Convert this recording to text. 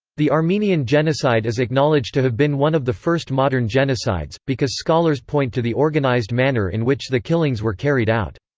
the armenian genocide is acknowledged to have been one of the first modern genocides, because scholars point to the organized manner in which the killings were carried out.